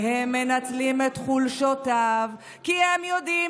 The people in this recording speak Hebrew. והם מנצלים את חולשותיו כי הם יודעים